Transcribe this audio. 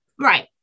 Right